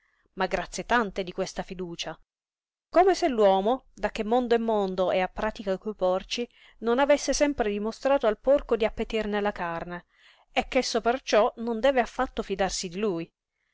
ma grazie tante di questa fiducia come se l'uomo da che mondo è mondo e ha pratica coi porci non avesse sempre dimostrato al porco di appetirne la carne e ch'esso perciò non deve affatto fidarsi di lui